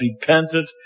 repented